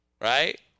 Right